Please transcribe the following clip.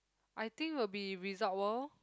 I think will be Resort-World